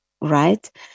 right